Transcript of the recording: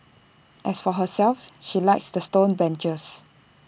as for herself she likes the stone benches